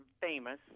famous